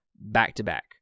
back-to-back